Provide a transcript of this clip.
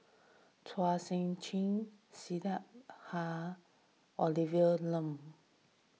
Chua Sian Chin Syed Olivia Lum